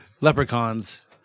leprechauns